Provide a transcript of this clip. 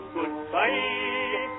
Goodbye